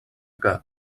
que